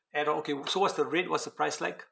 add on okay so what's the rate what's the price like